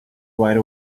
right